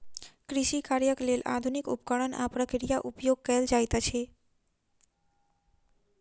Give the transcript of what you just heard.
कृषि कार्यक लेल आधुनिक उपकरण आ प्रक्रिया उपयोग कयल जाइत अछि